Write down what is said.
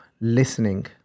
listening